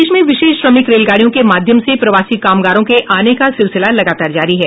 प्रदेश में विशेष श्रमिक रेलगाड़ियों के माध्यम से प्रवासी कामगारों के आने का सिलसिला लगातार जारी है